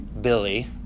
Billy